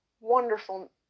wonderful